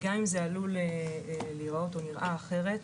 גם אם זה עלול או נראה אחרת,